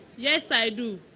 yes, i do.